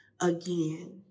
again